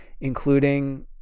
including